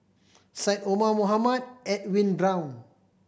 Syed Omar Mohamed and Edwin Brown